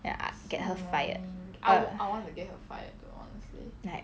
ya get her fired like